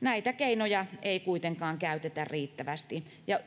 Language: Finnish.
näitä keinoja ei kuitenkaan käytetä riittävästi ja